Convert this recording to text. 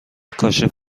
کاشف